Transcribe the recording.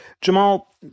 Jamal